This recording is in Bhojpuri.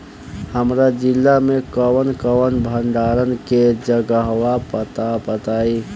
हमरा जिला मे कवन कवन भंडारन के जगहबा पता बताईं?